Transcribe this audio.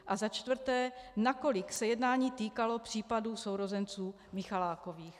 A za čtvrté: Nakolik se jednání týkalo případu sourozenců Michalákových?